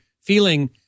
feeling